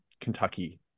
Kentucky